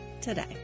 today